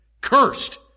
Cursed